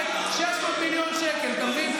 הינה השר קרעי: תחתוך 800 מיליון שקל מתקציב,